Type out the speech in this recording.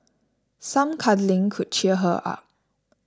some cuddling could cheer her up